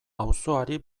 auzoari